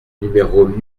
numéros